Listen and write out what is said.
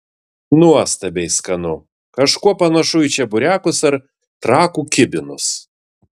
nuostabiai skanu kažkuo panašu į čeburekus ar trakų kibinus